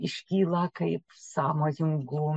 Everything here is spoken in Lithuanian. iškyla kaip sąmojingų